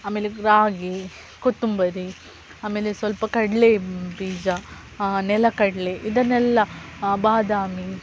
ಆಮೇಲೆ ರಾಗಿ ಕೊತ್ತಂಬರಿ ಆಮೇಲೆ ಸ್ವಲ್ಪ ಕಡಲೆ ಬೀಜ ನೆಲಗಡಲೆ ಇದನ್ನೆಲ್ಲ ಬಾದಾಮಿ